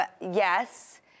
yes